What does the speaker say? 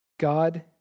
God